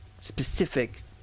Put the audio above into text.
specific